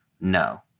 No